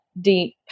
deep